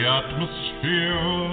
atmosphere